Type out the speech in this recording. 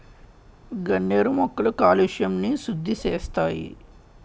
గన్నేరు మొక్కలు కాలుష్యంని సుద్దిసేస్తాయి